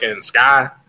Sky